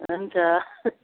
हुन्छ